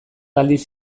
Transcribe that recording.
aldiz